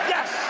Yes